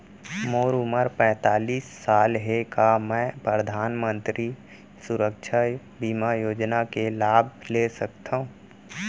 मोर उमर पैंतालीस साल हे का मैं परधानमंतरी सुरक्षा बीमा योजना के लाभ ले सकथव?